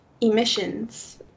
emissions